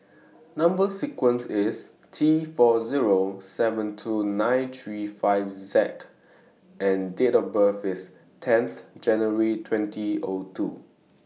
Number sequence IS T four Zero seven two nine three five Z and Date of birth IS tenth January twenty O two